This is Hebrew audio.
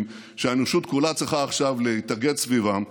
שהאנושות כולה צריכה עכשיו להתאגד סביבם,